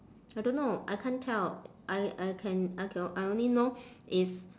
I don't know I can't tell I I can I can I only know is